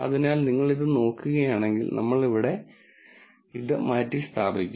അതിനാൽ നിങ്ങൾ ഇത് നോക്കുകയാണെങ്കിൽ നമ്മൾ ഇത് ഇവിടെ മാറ്റിസ്ഥാപിക്കും